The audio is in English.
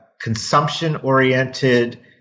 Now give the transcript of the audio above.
consumption-oriented